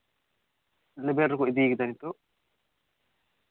ᱞᱮᱵᱮᱞ ᱨᱮᱠᱚ ᱤᱫᱤ ᱠᱟᱫᱟ ᱱᱤᱛᱚᱜ